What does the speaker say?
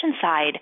side